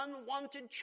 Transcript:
unwanted